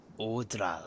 Odral